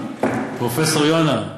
פרופסור יונה,